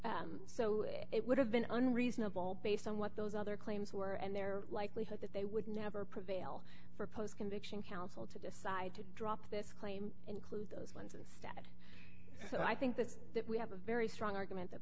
so it would have been unreasonable based on what those other claims were and their likelihood that they would never prevail for post conviction counsel to decide to drop this claim include those ones instead so i think that that we have a very strong argument that